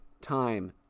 time